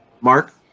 Mark